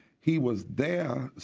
he was there,